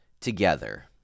together